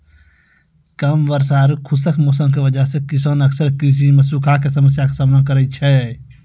कम वर्षा आरो खुश्क मौसम के वजह स किसान अक्सर कृषि मॅ सूखा के समस्या के सामना करै छै